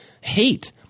Hate